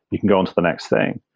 you can go on to the next thing.